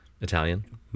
Italian